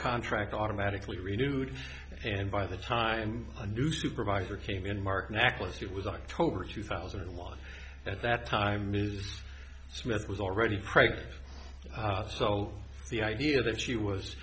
contract automatically renewed and by the time a new supervisor came in marc necklace it was october two thousand and one at that time ms smith was already pregnant so the idea that she was